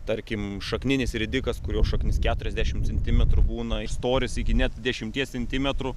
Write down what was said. tarkim šakninis ridikas kurio šaknis keturiasdešimt centimetrų būna storis iki net dešimties centimetrų